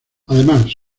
además